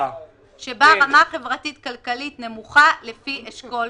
שבה רמה חברתית כלכלית נמוכה לפי אשכול 5."